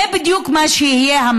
זה בדיוק המצב שיהיה.